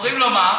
אומרים לו מה?